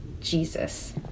Jesus